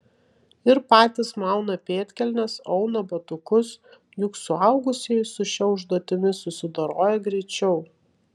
ir patys mauna pėdkelnes auna batukus juk suaugusieji su šia užduotimi susidoroja greičiau